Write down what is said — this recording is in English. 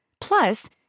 Plus